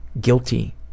guilty